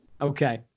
Okay